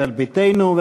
ישראל ביתנו.